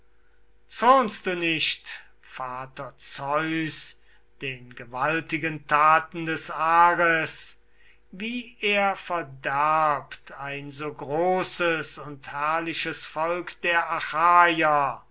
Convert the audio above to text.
zürnst du nicht vater zeus den gewaltigen taten des ares wie er verderbt ein so großes und herrliches volk der